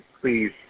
please